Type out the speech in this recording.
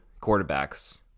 quarterbacks